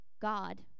god